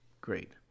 great